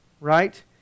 right